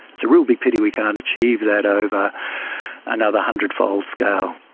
it's a real big pity we can't achieve that over another hundredfold scale.